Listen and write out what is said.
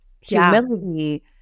humility